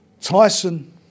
Tyson